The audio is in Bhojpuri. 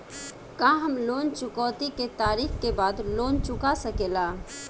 का हम लोन चुकौती के तारीख के बाद लोन चूका सकेला?